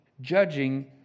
judging